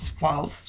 false